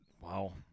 Wow